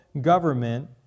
government